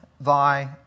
thy